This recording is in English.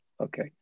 Okay